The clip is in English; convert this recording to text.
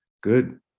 good